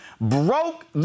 broke